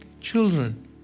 children